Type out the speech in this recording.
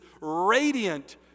radiant